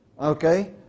Okay